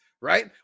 right